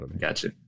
Gotcha